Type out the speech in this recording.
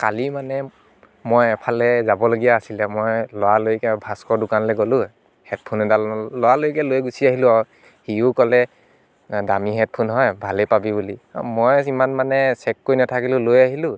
কালি মানে মই এফালে যাবলগীয়া আছিলে মই লৰালৰিকে ভাস্কৰৰ দোকানলে গ'লোঁ হেডফোন এডাল লৰালৰিকে লৈ গুচি আহিলোঁ আৰু সিও ক'লে দামী হেডফোন হয় ভালে পাবি বুলি মই ইমান মানে চেক কৰি নেথাকিলোঁ লৈ আহিলোঁ